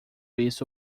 isso